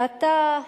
ואתה,